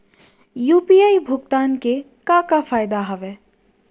UPI भुगतान के का का फायदा हावे?